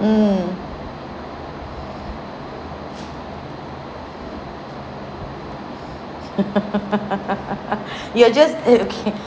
mm you are just uh okay